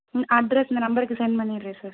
ம் அட்ரெஸ் இந்த நம்பருக்கு செண்ட் பண்ணிடுறேன் சார்